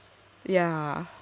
ya